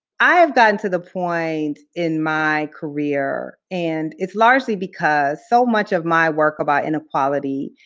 i have gotten to the point in my career, and it's largely because so much of my work about inequality